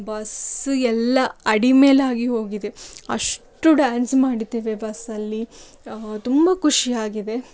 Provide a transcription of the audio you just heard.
bus ಎಲ್ಲಾ ಅಡಿಮೇಲಾಗಿ ಹೋಗಿದೆ ಅಷ್ಟು ಡ್ಯಾನ್ಸ್ ಮಾಡಿದ್ದೇವೆ ಬಸ್ಸಲ್ಲಿ ತುಂಬ ಖುಷಿಯಾಗಿದೆ